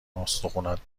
استخونات